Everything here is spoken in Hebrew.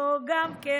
זו גם כן",